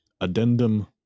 Addendum